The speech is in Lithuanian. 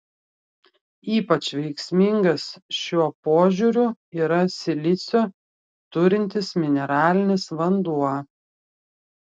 ypač veiksmingas šiuo požiūriu yra silicio turintis mineralinis vanduo